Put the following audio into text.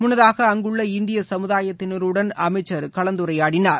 முன்னதாக அங்குள்ள இந்திய சமுதாயத்தினருடன் அமைச்சர் கலந்துரையாடினார்